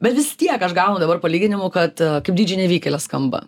bet vis tiek aš gaunu dabar palyginimų kad kaip dy džei nevykėlė skamba